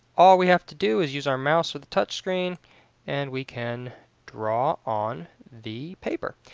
all we have to do is use our mouse or the touch screen and we can draw on the paper.